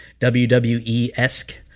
WWE-esque